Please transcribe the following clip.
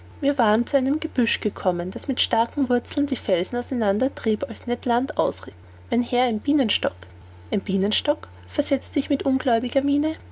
wir waren zu einem gebüsch gekommen das mit starken wurzeln die felsen auseinander trieb als ned land ausrief mein herr ein bienenstock ein bienenstock versetzte ich mit ungläubiger miene